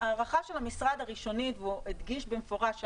ההערכה הראשונית של המשרד,